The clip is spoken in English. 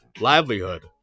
livelihood